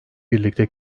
birlikte